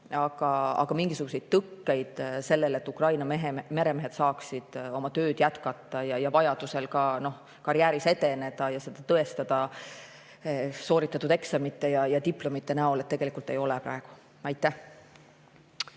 aga mingisuguseid tõkkeid sellele, et Ukraina meremehed saaksid oma tööd jätkata ja vajadusel ka karjääris edeneda ja seda tõestada sooritatud eksamite ja diplomitega, tegelikult ei ole praegu. Tarmo